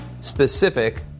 specific